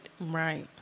Right